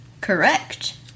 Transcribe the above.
Correct